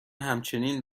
همچنین